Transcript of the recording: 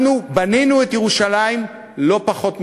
אנחנו בנינו את ירושלים לא פחות מכם.